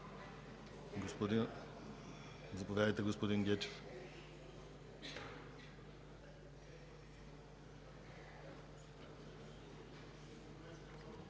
господин Гечев.